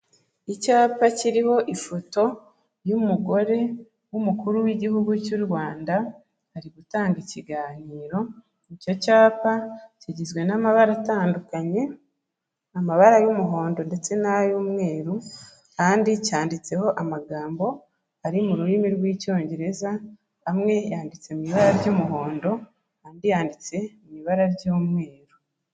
Icyapa kiriho ifoto y'umugore w'umukuru w'Igihugu cy'u Rwanda arigutanga ikiganiro. Icyo cyapa kigizwe n'amabara atandukanye amabara y'umuhondo, ndetse n'ay'umweru kandi cyanditseho amagambo ari mu rurimi rw'Icyongereza. Amwe yanditse mu ibara ry'umuhondo andi yanditse mu ibara ry'umweru.